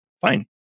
Fine